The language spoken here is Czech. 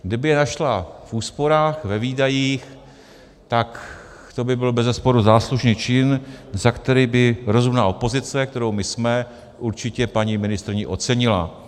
Kdyby je našla v úsporách, ve výdajích, tak to byl bezesporu záslužný čin, za který by rozumná opozice, kterou my jsme, určitě paní ministryni ocenila.